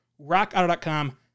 rockauto.com